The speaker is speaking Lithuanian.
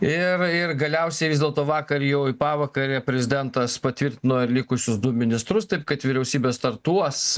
ir ir galiausiai vis dėlto vakar jau į pavakarę prezidentas patvirtino ir likusius du ministrus taip kad vyriausybės startuos